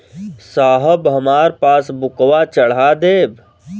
साहब हमार पासबुकवा चढ़ा देब?